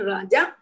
Raja